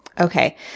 okay